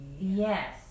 Yes